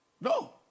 No